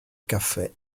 caffè